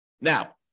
Now